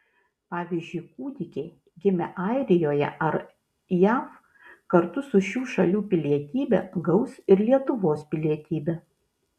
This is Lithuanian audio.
pavyzdžiui kūdikiai gimę airijoje ar jav kartu su šių šalių pilietybe gaus ir lietuvos pilietybę